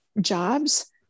jobs